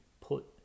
put